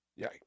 yikes